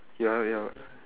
ya ya